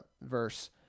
verse